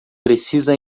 precisa